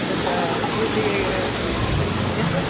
sir ಈಗ ಕೂದ್ಲಿಗೆ ಏನು ಸರ್